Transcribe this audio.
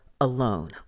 alone